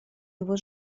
его